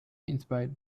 inspired